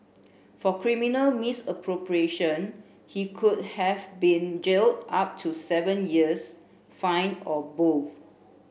for criminal misappropriation he could have been jailed up to seven years fined or both